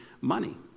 money